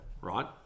right